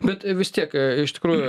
bet vis tiek iš tikrųjų